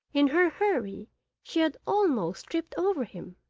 in her hurry she had almost tripped over him.